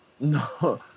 No